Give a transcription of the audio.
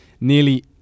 Nearly